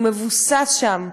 הוא מבוסס שם.